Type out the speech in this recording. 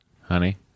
honey